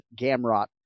Gamrot